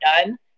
done